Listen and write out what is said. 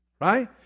right